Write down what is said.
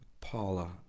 Paula